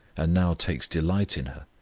and now takes delight in her,